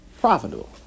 Profitable